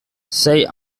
say